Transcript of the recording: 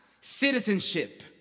citizenship